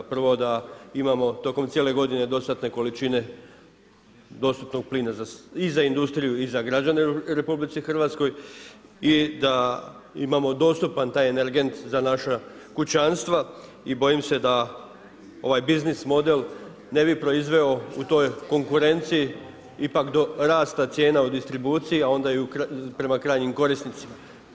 Prvo da imamo tokom cijele godine dostatne količine dostupnog plina i za industriju i za građane u RH i da imamo dostupan taj energent za naša kućanstva i bojim se da ovaj biznis model ne bi proizveo u toj konkurenciji ipak do rasta cijena u distribuciji a onda i prema krajnjim korisnicima.